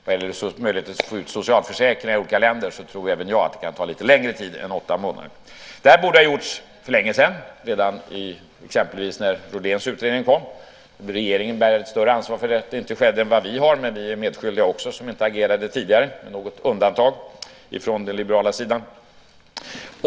Vad gäller möjligheten att få ut socialförsäkringar i olika länder tror även jag att det kan ta längre tid än åtta månader. Det här borde ha gjorts för länge sedan, exempelvis redan när Rolléns utredning kom. Regeringen bär ett större ansvar för att det inte skedde än vad vi gör, men vi är också medskyldiga eftersom vi inte agerade tidigare - något som kan betraktas som ett undantag när det gäller den liberala sidan.